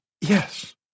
Yes